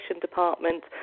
department